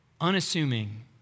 unassuming